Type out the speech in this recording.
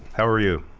how are you?